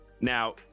Now